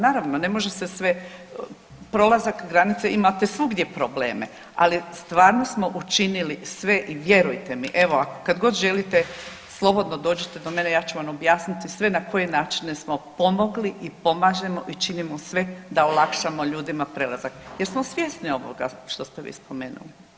Naravno, ne može se sve, prolazak granice imate svugdje probleme, ali stvarno smo učinili sve i vjerujte mi, evo, ako, kad god želite, slobodno dođite do mene, ja ću vam objasniti sve na koje načine smo pomogli i pomažemo i činimo sve da olakšamo ljudima prelazak jer smo svjesni ovoga što ste vi spomenuli.